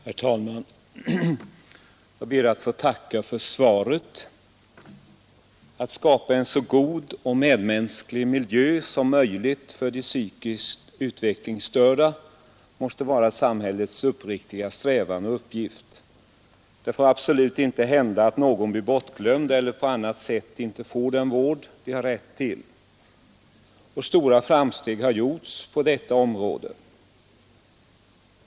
Herr talman! Jag ber att få tacka för svaret. Att skapa en så god och medmänsklig miljö som möjligt för de psykiskt utvecklingsstörda måste vara samhällets uppriktiga strävan och uppgift. Det får absolut inte hända att någon blir bortglömd eller av annan anledning inte får den vård han har rätt till. Stora framsteg har gjorts på detta område.